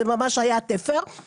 זה ממש היה בתפר,